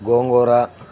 గోంగూర